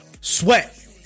Sweat